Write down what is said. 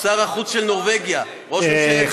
שר החוץ של נורבגיה, ראש ממשלת גרמניה.